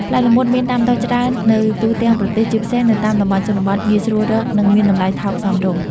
ផ្លែល្មុតមានដាំដុះច្រើននៅទូទាំងប្រទេស ជាពិសេសនៅតាមតំបន់ជនបទ ងាយស្រួលរក និងមានតម្លៃថោកសមរម្យ ។